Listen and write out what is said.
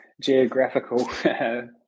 geographical